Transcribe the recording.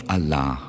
Allah